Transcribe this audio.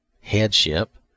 headship